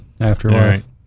Afterlife